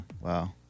wow